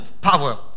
power